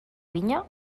vinya